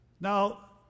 Now